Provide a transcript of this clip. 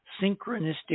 synchronistic